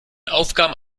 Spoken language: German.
aufgaben